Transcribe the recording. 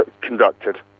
conducted